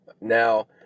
Now